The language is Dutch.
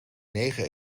negen